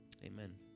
Amen